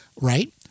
right